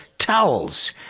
towels